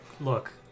Look